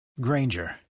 Granger